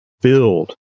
filled